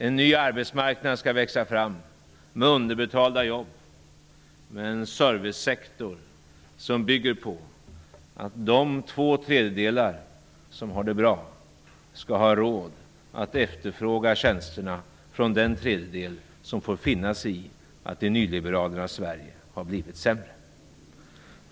En ny arbetsmarknad skall växa fram med underbetalda jobb, med en servicesektor som bygger på att de två tredjedelar som har det bra skall ha råd att efterfråga tjänsterna från den tredjedel som får finna sig i att det i nyliberalernas Sverige har blivit sämre.